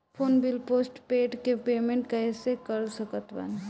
Phone bill postpaid के payment कैसे कर सकत बानी?